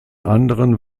anderen